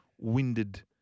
winded